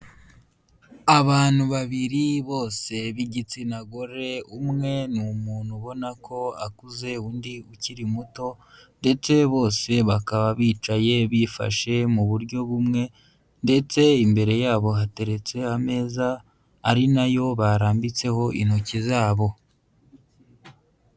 Abantu babiri bose b'igitsina gore, umwe ni umuntu ubona ko akuze undi ukiri muto ndetse bose bakaba bicaye bifashe mu buryo bumwe ndetse imbere yabo hateretse ameza ari na yo barambitseho intoki zabo.